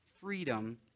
freedom